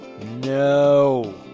No